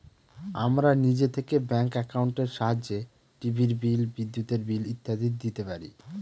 আমরা নিজে থেকে ব্যাঙ্ক একাউন্টের সাহায্যে টিভির বিল, বিদ্যুতের বিল ইত্যাদি দিতে পারি